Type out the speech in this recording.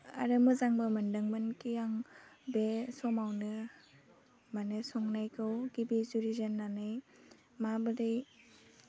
आरो मोजांबो मोनदोंमोन खि आं बे समावनो माने संनायखौ गिबि जुरिजेन्नानै माबोरै